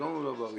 המזון הוא לא בריא